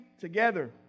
together